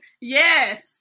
Yes